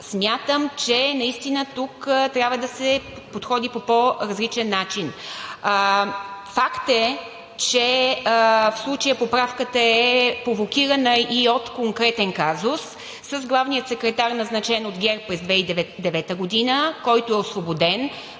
смятам, че наистина тук трябва да се подходи по по-различен начин. Факт е, че в случая поправката е провокирана и от конкретен казус с главния секретар, назначен от ГЕРБ през 2009 г., който е освободен,